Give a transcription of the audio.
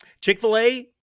Chick-fil-A